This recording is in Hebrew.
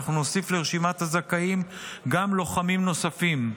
בעתיד הלא-רחוק אנחנו נוסיף לרשימת הזכאים לוחמים נוספים,